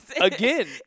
Again